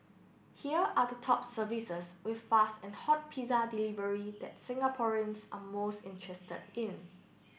here are the top services with fast and hot pizza delivery that Singaporeans are most interested in